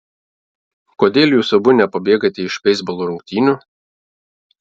kodėl jūs abu nepabėgate iš beisbolo rungtynių